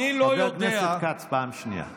חבר הכנסת כץ, פעם שנייה.